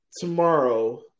tomorrow